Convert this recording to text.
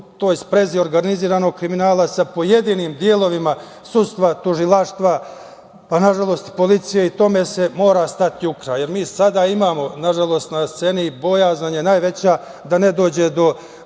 toj sprezi organizovanog kriminala sa pojedinim delovima sudstva, tužilaštva, a nažalost i policije i tome se mora stati u kraj. Mi sada imamo, nažalost, bojazan je najveća da ne dođe do